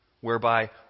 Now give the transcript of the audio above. whereby